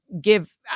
give